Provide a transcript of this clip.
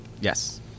Yes